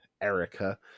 Erica